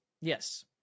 Yes